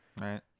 right